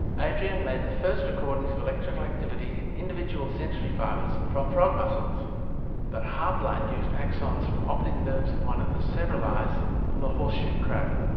adrian made the first recordings of electrical activity in individual sensory fibres from frog muscles but hartline used axons from optic nerves of one of the several eyes of the horseshoe crab.